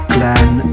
Glenn